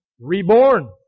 reborn